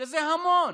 שזה המון.